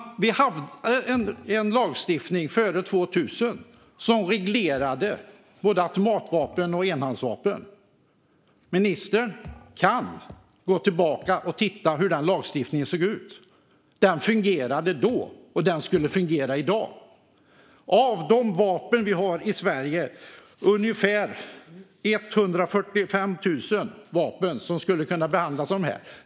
Före 2000 hade vi en lagstiftning som reglerade både automatvapen och enhandsvapen. Ministern kan gå tillbaka och titta hur den lagstiftningen såg ut. Den fungerade då, och den skulle fungera i dag. Vi har i Sverige ungefär 145 000 vapen som skulle kunna behandlas på detta sätt.